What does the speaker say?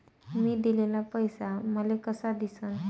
मी दिलेला पैसा मले कसा दिसन?